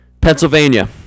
Pennsylvania